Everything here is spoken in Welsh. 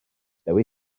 dewi